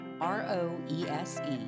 R-O-E-S-E